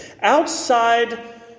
Outside